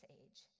age